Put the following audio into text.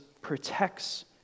protects